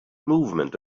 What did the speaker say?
movement